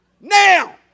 Now